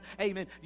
amen